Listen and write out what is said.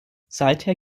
seither